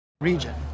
region